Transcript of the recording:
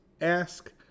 Ask